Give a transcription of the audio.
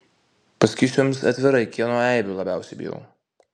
pasakysiu jums atvirai kieno eibių labiausiai bijau